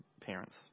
parents